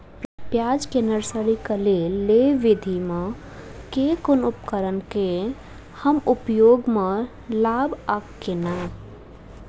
प्याज केँ नर्सरी केँ लेल लेव विधि म केँ कुन उपकरण केँ हम उपयोग म लाब आ केना?